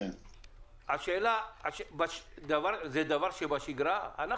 זה דבר שבשגרה?